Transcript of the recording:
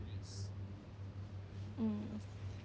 mm